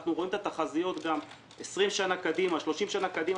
אנחנו רואים את התחזיות גם 20 ו-30 שנים קדימה,